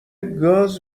گاز